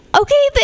okay